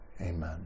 Amen